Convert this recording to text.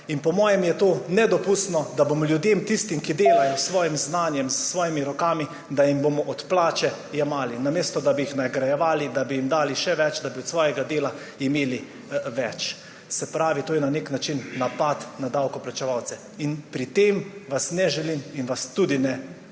In po mojem je to nedopustno, da bomo ljudem, tistim, ki delajo s svojim znanjem, s svojimi rokami, da jim bomo od plače jemali, namesto, da bi jih nagrajevali, da bi jim dali še več, da bi od svojega dela imeli več. Se pravi, to je na nek način napad na davkoplačevalce. In pri tem vas ne želim in vas tudi ne